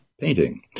painting